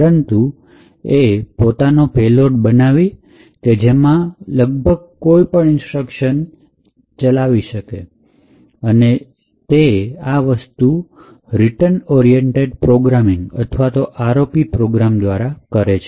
પરંતુ એ પોતાનો પેલોડ બનાવી શકે છે કે જે લગભગ કોઈપણ ઇન્સ્ટ્રક્શન ચલાવા માટે સક્ષમ હોય છે અને તે આ વસ્તુ રિટર્ન oriented programming અથવા તો ROP પ્રોગ્રામ દ્વારા કરે છે